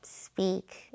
speak